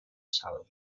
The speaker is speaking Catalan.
sal